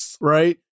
right